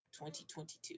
2022